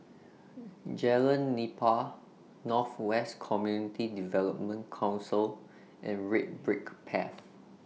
Jalan Nipah North West Community Development Council and Red Brick Path